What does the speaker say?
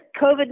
COVID